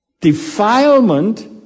Defilement